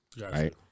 Right